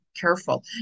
careful